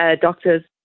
doctors